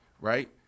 right